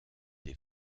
des